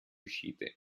uscite